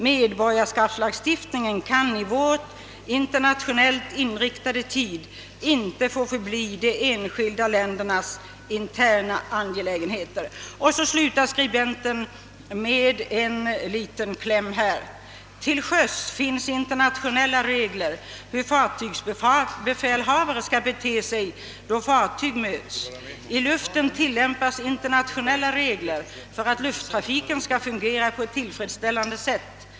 Medborgarskapslagstiftningen kan i vår internationellt inriktade tid inte få förbli de enskilda ländernas interna angelägenheter.» Och så slutar skribenten med denna lilia kläm: » Till sjöss finns internationella regler, hur fartygsbefälhavare ska bete sig då fartyg möts. I luften tillämpas internationella regler, för att lufttrafiken skall fungera på ett tillfredsställande sätt.